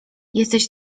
jesteś